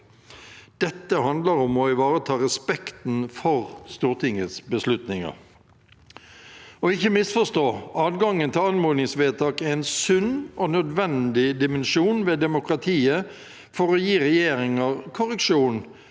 2024 handler om å ivareta respekten for Stortingets beslutninger. Ikke misforstå: Adgangen til anmodningsvedtak er en sunn og nødvendig dimensjon ved demokratiet for å gi regjeringer korreksjon